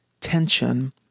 tension